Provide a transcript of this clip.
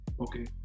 Okay